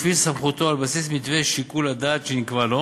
סמכותו על בסיס מתווה שיקול הדעת שנקבע לו.